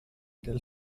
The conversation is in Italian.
del